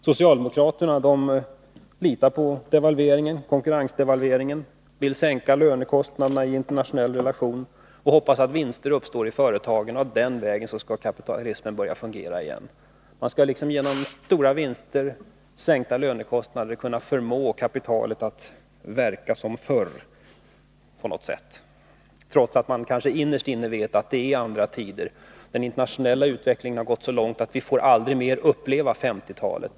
Socialdemokraterna litar på konkurrensdevalveringen, vill sänka lönekostnaderna i internationell relation och hoppas att vinster uppstår i företagen, och den vägen skall kapitalismen börja fungera igen. Man tror att man genom stora vinster och sänkta lönekostnader skall kunna få kapitalet att verka som förr, trots att man kanske innerst inne vet att det är andra tider; den internationella utvecklingen har gått så långt att vi aldrig mera får uppleva 1950-talet.